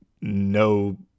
no